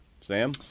Sam